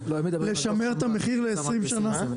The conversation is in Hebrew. לשמר את המחיר ל-20 שנה.